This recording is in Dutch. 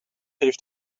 heeft